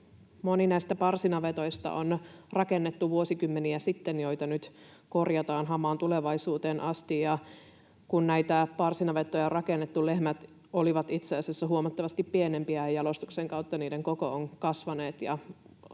moni näistä parsinavetoista on rakennettu vuosikymmeniä sitten ja niitä nyt korjataan hamaan tulevaisuuteen asti, ja kun näitä parsinavettoja rakennettiin, lehmät olivat itse asiassa huomattavasti pienempiä. Jalostuksen kautta niiden koko on kasvanut,